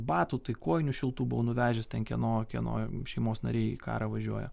batų tai kojinių šiltų buvau nuvežęs ten kieno kieno šeimos nariai į karą važiuoja